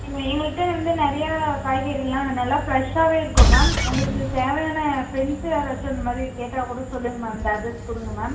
இங்கே எங்ககிட்ட வந்து நிறையா காய்கறிலாம் நல்லா ஃப்ரெஷ்ஷாகவே இருக்கும் மேம் உங்களுக்கு தேவையான ஃப்ரெண்ட்ஸ் யாராச்சும் அந்தமாதிரி கேட்டால் கூட சொல்லுங்கள் மேம் இந்த அட்ரஸ் கொடுங்க மேம்